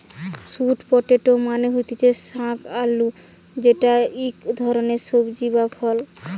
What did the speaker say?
sweet potato মানে হতিছে শাক আলু যেটা ইক ধরণের সবজি বা ফল